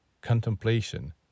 contemplation